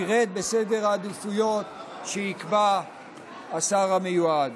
בסדר העדיפויות שיקבע השר המיועד.